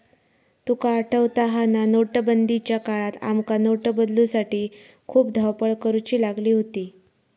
तुका आठवता हा ना, नोटबंदीच्या काळात आमका नोट बदलूसाठी खूप धावपळ करुची लागली होती